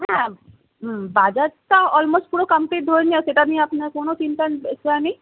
হ্যাঁ বাজারটা অলমোস্ট পুরো কামপ্লিট ধরে নিয়ে সেটা নিয়ে আপনার কোনো চিন্তার বিষয় নেই